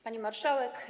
Pani Marszałek!